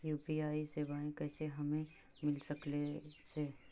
UPI सेवाएं कैसे हमें मिल सकले से?